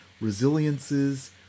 resiliences